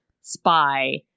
spy